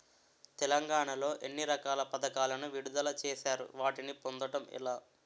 తెలంగాణ లో ఎన్ని రకాల పథకాలను విడుదల చేశారు? వాటిని పొందడం ఎలా?